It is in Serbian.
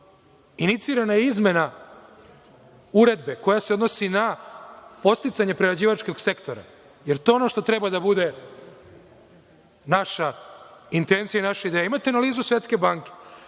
inicirana je izmena uredbe koja se odnosi na podsticanje prerađivačke sektora, jer to je ono što treba da bude naša intencija i naše ideje. Imate analizu Svetske banke